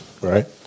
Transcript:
Right